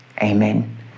amen